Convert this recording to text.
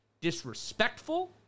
disrespectful